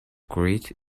great